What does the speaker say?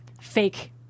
fake